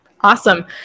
awesome